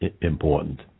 important